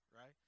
right